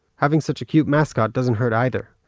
having such a cute mascot, doesn't hurt either,